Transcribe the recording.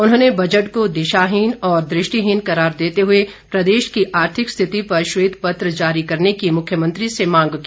उन्होंने बजट को दिशाहीन और दृष्टिहीन करार देते हुए प्रदेश की आर्थिक स्थिति पर श्वेत पत्र जारी करने की मुख्यमंत्री से मांग की